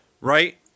Right